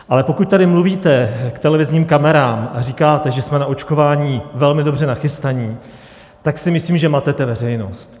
Ale pokud tady mluvíte k televizním kamerám a říkáte, že jsme na očkování velmi dobře nachystaní, tak si myslím, že matete veřejnost.